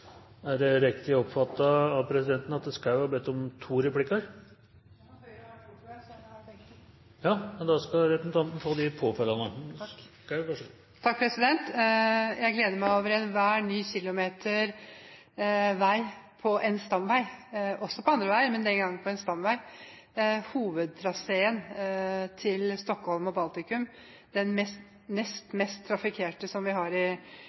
Er det riktig oppfattet av presidenten at representanten Schou har bedt om to replikker? Høyre har to replikker, tror jeg. Da skal representanten Schou få de to påfølgende replikkene. Takk. Jeg gleder meg over enhver ny kilometer vei på en stamvei – også på andre veier, men denne gangen på en stamvei. Hovedtraseen til Stockholm og Baltikum er den nest mest trafikkerte som vi har i